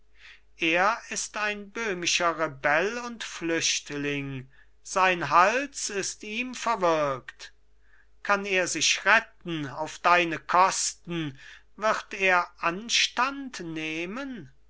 er ist ein böhmischer rebell und flüchtling sein hals ist ihm verwirkt kann er sich retten auf deine kosten wird er anstand nehmen